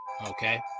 okay